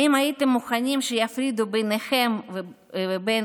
האם הייתם מוכנים שיפרידו ביניכם ובין